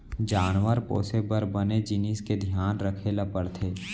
जानवर पोसे बर बने जिनिस के धियान रखे ल परथे